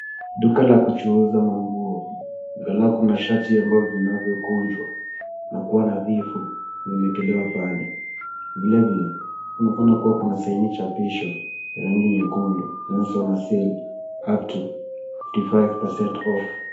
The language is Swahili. Duka la kuchuuza manguo. Angalau kuna shati amnayo vinavyokunjwa na kuwa nadhifu vimeekelewa pale. Vile vile kunaonekana kuwa kuna saini chapisho ya rangi nyekundu inayosema sell upto 55% off .